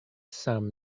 some